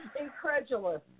incredulous